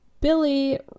Billy